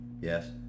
Yes